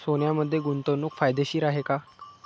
सोन्यामध्ये गुंतवणूक फायदेशीर आहे का?